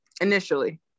initially